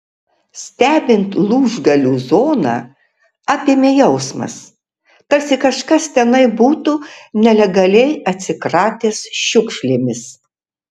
stebint lūžgalių zoną apėmė jausmas tarsi kažkas tenai būtų nelegaliai atsikratęs šiukšlėmis